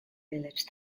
village